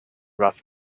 rough